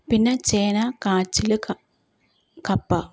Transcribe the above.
പിന്നെ ചേന കാച്ചിൽ ക കപ്പ